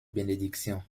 bénédiction